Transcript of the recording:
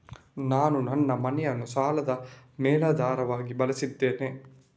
ನಾನು ನನ್ನ ಮನೆಯನ್ನು ಸಾಲದ ಮೇಲಾಧಾರವಾಗಿ ಬಳಸಿದ್ದೇನೆ